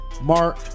Mark